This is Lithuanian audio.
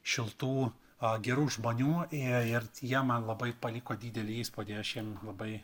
šiltų a gerų žmonių ir jie man labai paliko didelį įspūdį aš jiem labai